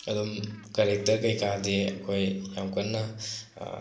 ꯑꯗꯨꯝ ꯀꯔꯦꯛꯇꯔ ꯀꯩꯀꯥꯗꯤ ꯑꯩꯈꯣꯏ ꯌꯥꯝ ꯀꯟꯅ